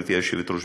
גברתי היושבת-ראש,